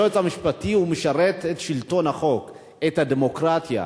היועץ המשפטי משרת את שלטון החוק, את הדמוקרטיה,